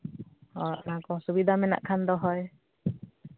ᱚ ᱚᱱᱟᱠᱚ ᱥᱩᱵᱤᱫᱷᱟ ᱢᱮᱱᱟᱜ ᱠᱷᱟᱱ ᱫᱚ ᱦᱳᱭ